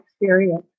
experience